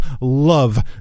love